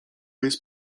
jest